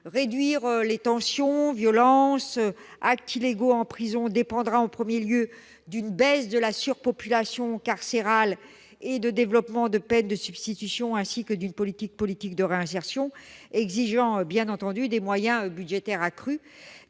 Réduire les tensions, violences, actes illégaux en prison dépendra, en premier lieu, d'une baisse de la surpopulation carcérale et du développement de peines de substitution, ainsi que d'une nouvelle politique de réinsertion, exigeant, bien entendu, des moyens budgétaires accrus.